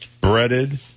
breaded